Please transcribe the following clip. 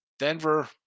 Denver